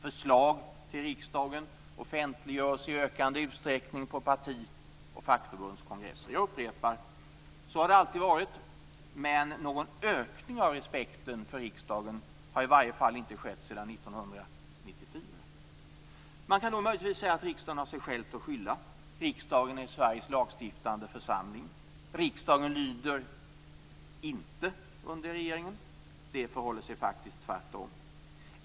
Förslag till riksdagen offentliggörs i ökande utsträckning på parti och fackförbundskongresser. Jag upprepar: Så har det alltid varit. Men någon ökning av respekten för riksdagen har i varje fall inte skett sedan Man kan då möjligtvis säga att riksdagen har sig själv att skylla. Riksdagen är Sveriges lagstiftande församling. Riksdagen lyder inte under regeringen. Det förhåller sig faktiskt tvärtom.